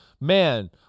man